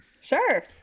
Sure